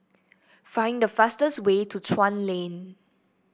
find the fastest way to Chuan Lane